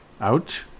out